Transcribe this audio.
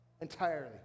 entirely